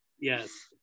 Yes